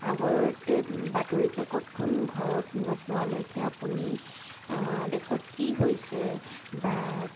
আগতে বাতৰি কাকতখন ঘৰত নোপোৱালৈকে আপুনি দেশত কি হৈছে বা